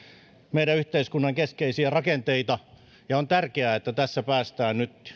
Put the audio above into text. meidän yhteiskuntamme keskeisiä rakenteita tärkeää on että tässä päästään nyt